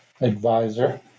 advisor